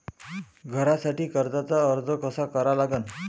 घरासाठी कर्जाचा अर्ज कसा करा लागन?